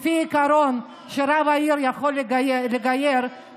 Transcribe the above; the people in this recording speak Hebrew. לפי העיקרון שרב העיר יכול לגייר,